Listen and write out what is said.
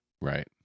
Right